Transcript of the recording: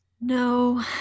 No